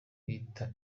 bita